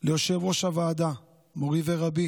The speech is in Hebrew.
ליושב-ראש הוועדה, מורי ורבי